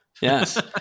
Yes